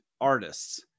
artists